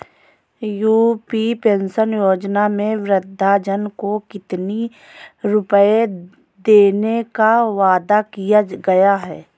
UP pension योजना में वृद्धजन को कितनी रूपये देने का वादा किया गया है?